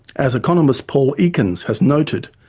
as economist paul ekins has noted,